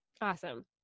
awesome